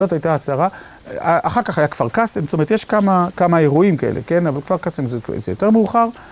זאת הייתה הסערה. אחר כך היה כפר קאסם, זאת אומרת, יש כמה אירועים כאלה, כן? אבל כפר קאסם זה יותר מאוחר.